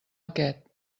aquest